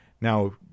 now